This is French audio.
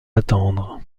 attendre